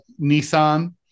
Nissan